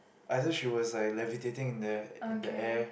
either she was like levitating in the in the air